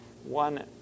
one